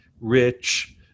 rich